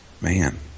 Man